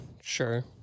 Sure